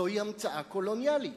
זוהי המצאה קולוניאלית.